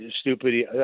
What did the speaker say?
stupid